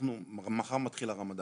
מחר מתחיל הרמדאן.